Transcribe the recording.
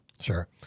Sure